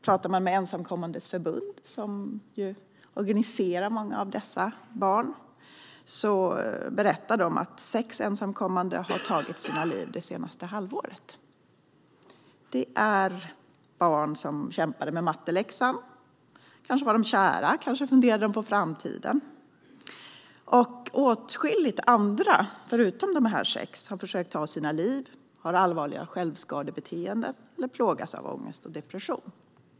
Talar man med Ensamkommandes Förbund, som organiserar många av dessa barn, berättar de att sex ensamkommande har tagit sitt liv det senaste halvåret. Det är barn som kämpade med matteläxan. Kanske var de kära, och kanske funderade de på framtiden. Åtskilliga andra, förutom dessa sex, har försökt att ta sitt liv, har allvarliga självskadebeteenden eller plågas av ångest och depression.